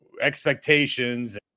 expectations